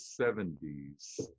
70s